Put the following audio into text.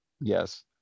Yes